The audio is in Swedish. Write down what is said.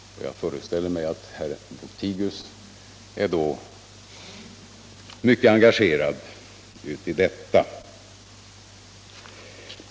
Jag föreställer mig att herr Lothigius då är mycket engagerad i detta.